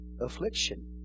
Affliction